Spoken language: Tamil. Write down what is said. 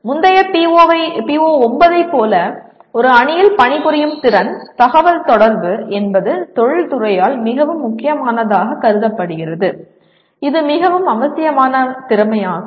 முந்தைய PO9 ஐப் போலவே ஒரு அணியில் பணிபுரியும் திறன் தகவல்தொடர்பு என்பது தொழில்துறையால் மிகவும் முக்கியமானதாகக் கருதப்படுகிறது இது மிகவும் அவசியமான திறமையாகும்